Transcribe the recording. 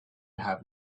have